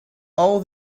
all